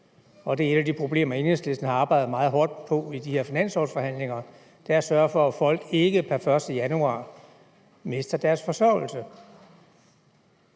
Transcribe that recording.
Og det er et af de problemer, Enhedslisten har arbejdet meget hårdt med i de her finanslovforhandlinger, nemlig at sørge for, at folk ikke pr. 1. januar mister deres forsørgelse.